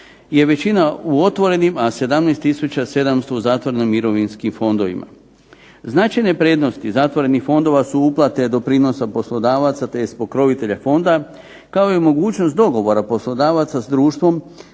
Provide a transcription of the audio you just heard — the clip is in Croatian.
je većina u otvorenim, a 17700 u zatvorenim mirovinskim fondovima. Značajne prednosti zatvorenih fondova su uplate doprinosa poslodavaca, tj. pokrovitelja fonda kao i mogućnost dogovora poslodavaca sa društvom